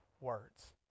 words